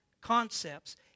concepts